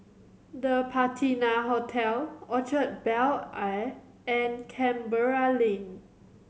The Patina Hotel Orchard Bel Air and Canberra Lane